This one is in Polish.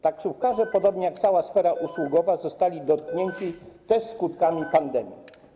Taksówkarze, podobnie jak cała sfera usługowa, też zostali dotknięci skutkami pandemii.